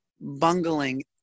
bungling